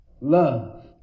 love